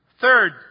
Third